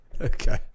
Okay